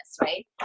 right